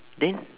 eh